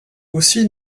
aussi